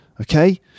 Okay